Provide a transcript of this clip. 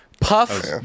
Puff